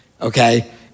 okay